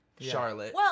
Charlotte